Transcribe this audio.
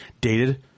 dated